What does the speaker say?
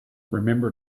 remember